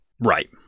Right